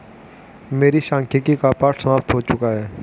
मेरे सांख्यिकी का पाठ समाप्त हो चुका है